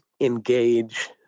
engage